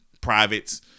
privates